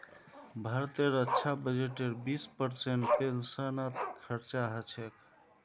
भारतेर रक्षा बजटेर बीस परसेंट पेंशनत खरचा ह छेक